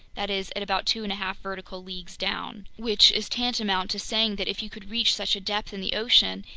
that is, at about two and a half vertical leagues down. which is tantamount to saying that if you could reach such a depth in the ocean,